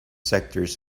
sectors